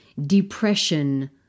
depression